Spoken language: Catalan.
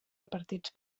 repartits